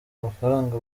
amafaranga